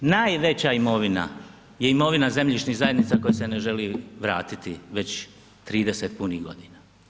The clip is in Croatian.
Najveća imovina je imovina zemljišnih zajednica koja se ne želi vratiti već 30 punih godina.